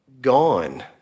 gone